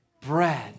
bread